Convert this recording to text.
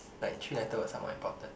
like three letter words are more important